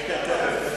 ליה שמטוב?